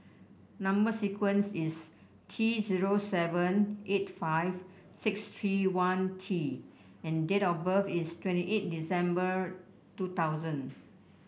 number sequence is T zero seven eight five six three one T and date of birth is twenty eight December two thousand